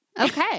Okay